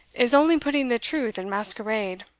is only putting the truth in masquerade,